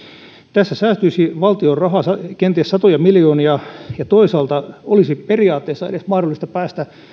tässä säästyisi valtion rahaa kenties satoja miljoonia ja toisaalta olisi periaatteessa edes mahdollista päästä